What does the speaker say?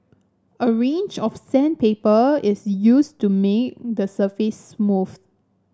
a range of sandpaper is used to make the surface smooth